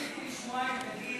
אני חיכיתי לשמוע אם תגיד